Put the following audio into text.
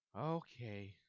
Okay